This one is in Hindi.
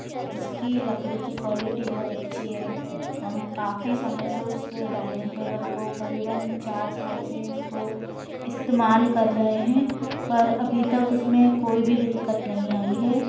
जिसकी लकड़ी की क्वालिटी बहुत अच्छी है हम काफ़ी समय से उस डाइनिंग टेबल को करीबन चार साल से उसको इस्तेमाल कर रहे हैं पर अभी तक उसमें कोई भी दिक्कत नहीं आई है